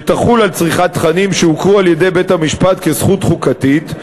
שתחול על צריכת תכנים שהוכרה על-ידי בית-המשפט כזכות חוקתית,